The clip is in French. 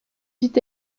dit